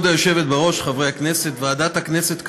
72 חברי כנסת בעד, אין מתנגדים ואין נמנעים.